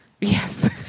Yes